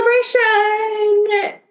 celebration